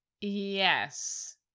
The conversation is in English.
yes